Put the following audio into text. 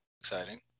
Exciting